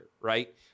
right